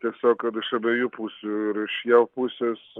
tiesiog ir iš abiejų pusių ir iš jav pusės